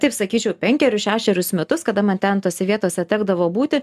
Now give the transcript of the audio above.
taip sakyčiau penkerius šešerius metus kada man ten tose vietose tekdavo būti